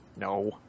No